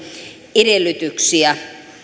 edellytyksiä